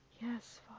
yes